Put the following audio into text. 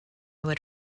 would